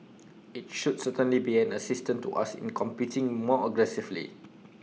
IT should certainly be an assistance to us in competing more aggressively